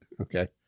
okay